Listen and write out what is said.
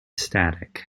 static